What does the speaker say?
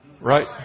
right